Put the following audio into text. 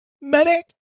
Medic